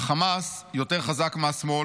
"החמאס יותר חזק מהשמאל,